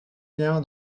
bien